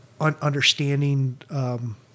understanding